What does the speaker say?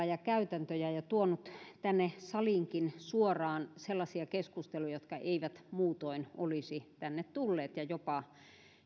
ja käytäntöjä ja tuonut tänne saliinkin suoraan sellaisia keskusteluja jotka eivät muutoin olisi tänne tulleet ja jopa